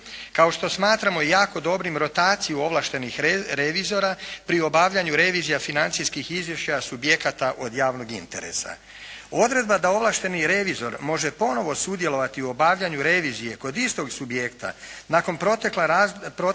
Kao što smatramo i jako dobrim rotaciju ovlaštenih revizora pri obavljanju revizija financijskih izvještaja, subjekata od javnog interesa. Odredba da ovlašteni revizor može ponovo sudjelovati u obavljanju revizije kod istog subjekta, nakon proteka razdoblja